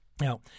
Now